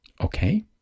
Okay